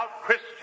Christian